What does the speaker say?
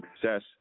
success